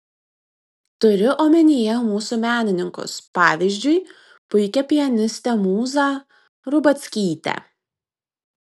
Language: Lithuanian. turiu omenyje mūsų menininkus pavyzdžiui puikią pianistę mūzą rubackytę